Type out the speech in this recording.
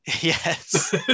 Yes